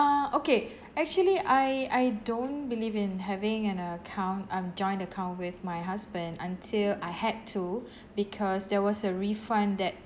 uh okay actually I I don't believe in having an account um joint account with my husband until I had to because there was a refund that